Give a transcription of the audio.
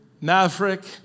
Maverick